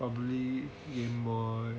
probably game boy